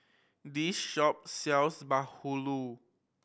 this shop sells bahulu